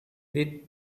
with